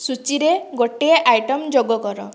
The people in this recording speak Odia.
ସୂଚୀରେ ଗୋଟେ ଆଇଟମ୍ ଯୋଗ କର